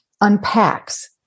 unpacks